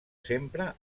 sempre